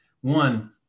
one